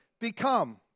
become